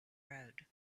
road